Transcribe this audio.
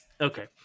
okay